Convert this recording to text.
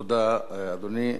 תודה, אדוני.